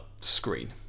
screen